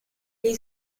gli